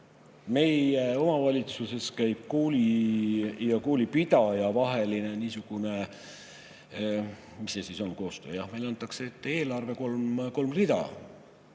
Meie omavalitsuses käib kooli ja koolipidaja vahel niisugune, mis see siis on, hea koostöö, jah. Meile antakse ette eelarve kolm rida.